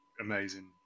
amazing